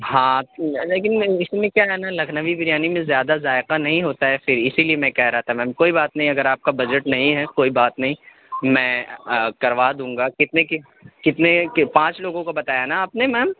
ہاں لیکن اس میں کیا ہے نہ لکھنوی بریانی میں زیادہ ذائقہ نہیں ہوتا ہے پھر اسی لیے میں کہہ رہا تھا میم کوئی بات نہیں اگر آپ کا بجٹ نہیں ہے کوئی بات نہیں میں کروا دوں گا کتنے کی کتنے کے پانچ لوگوں کا بتایا نہ آپ نے میم